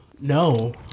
No